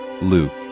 Luke